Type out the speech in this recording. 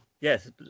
Yes